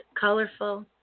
colorful